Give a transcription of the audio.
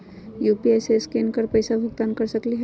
UPI से scan कर पईसा भुगतान कर सकलीहल?